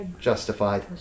justified